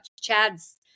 Chad's